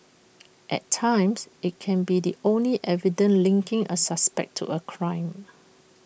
at times IT can be the only evident linking A suspect to A crime